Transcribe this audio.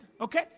okay